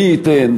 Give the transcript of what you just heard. מי ייתן,